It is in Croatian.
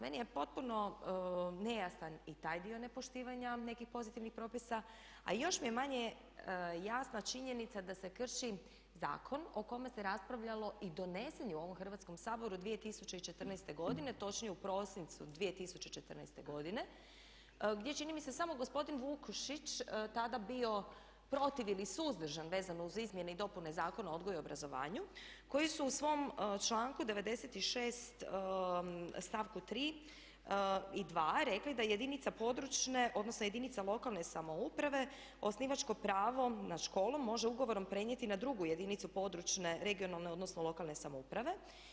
Meni je potpuno nejasan i taj dio nepoštivanja nekih pozitivnih propisa, a još mi je manje jasna činjenica da se krši zakon o kome se raspravljalo i donesen je u ovom Hrvatskom saboru 2014. godine, točnije u prosincu 2014. godine, gdje je čini mi se samo gospodin Vukušić tada bio protiv ili suzdržan vezano uz izmjene i dopune Zakona o odgoju i obrazovanju koji su u svom članku 96. stavku 3. i 2. rekli da jedinica područne, odnosno jedinica lokalne samouprave osnivačko pravo nad školom može ugovorom prenijeti na drugu jedinicu područne (regionalne) odnosno lokalne samouprave.